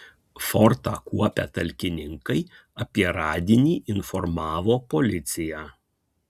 fortą kuopę talkininkai apie radinį informavo policiją